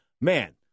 man